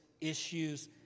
issues